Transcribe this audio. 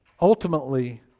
Ultimately